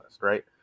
right